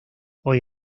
hoy